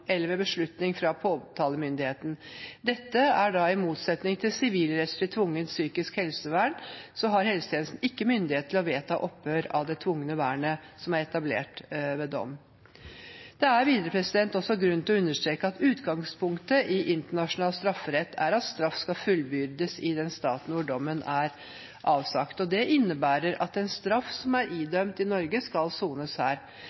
beslutning fra påtalemyndigheten. I motsetning til sivilrettslig tvungent psykisk helsevern har helsetjenesten ikke myndighet til å vedta opphør av det tvungne vernet som er etablert ved dom. Det er videre også grunn til å understreke at utgangspunktet i internasjonal strafferett er at straff skal fullbyrdes i den staten hvor dommen er avsagt, og det innebærer at en straff som er idømt i Norge, skal sones her.